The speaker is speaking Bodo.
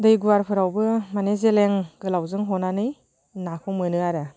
दै गुवारफोरावबो माने जेलें गोलावजों हनानै नाखौ मोनो आरो